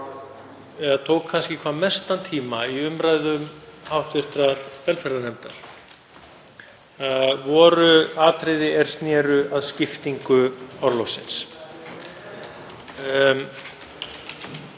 tekið hvað mestan tíma í umræðu hv. velferðarnefndar voru atriði er sneru að skiptingu orlofsins.